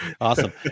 Awesome